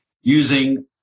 using